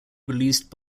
released